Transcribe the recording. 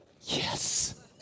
yes